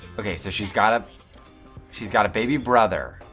okay, so she's got, ah she's got a baby brother,